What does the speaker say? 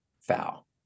foul